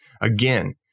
Again